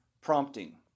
prompting